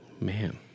Man